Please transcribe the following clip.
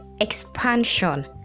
Expansion